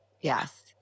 yes